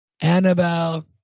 Annabelle